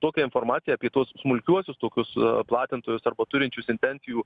tokią informaciją apie tuos smulkiuosius tokius platintojus arba turinčius intencijų